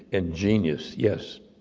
and genius, yes.